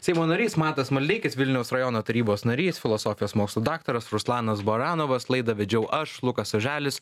seimo narys matas maldeikis vilniaus rajono tarybos narys filosofijos mokslų daktaras ruslanas baranovas laidą vedžiau aš lukas oželis